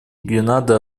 гренада